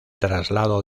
traslado